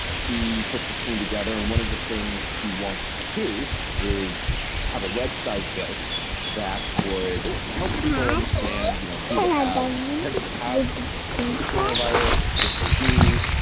he puts his team together. and one of the things he wants to do is have a website built that would help people understand, you know, do they have potentially have the coronavirus? if they do?